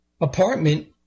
apartment